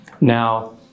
Now